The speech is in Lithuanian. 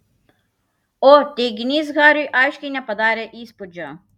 o teiginys hariui aiškiai nepadarė įspūdžio